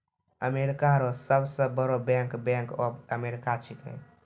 America रो सब से बड़ो बैंक बैंक ऑफ अमेरिका छैकै